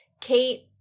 Kate